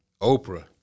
Oprah